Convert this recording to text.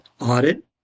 audit